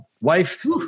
Wife